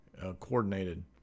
coordinated